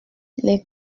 les